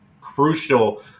crucial